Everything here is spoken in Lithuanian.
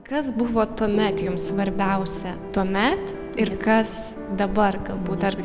kas buvo tuomet jums svarbiausia tuomet ir kas dabar galbūt dar